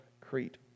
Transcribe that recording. Crete